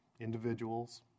individuals